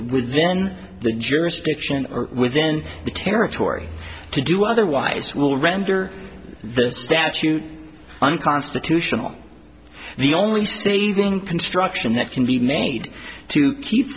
within the jurisdiction within the territory to do otherwise will render the statute unconstitutional the only saving construction that can be made to keep